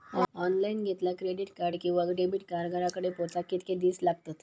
Online घेतला credit card किंवा debit card घराकडे पोचाक कितके दिस लागतत?